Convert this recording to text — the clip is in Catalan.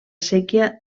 séquia